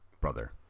brother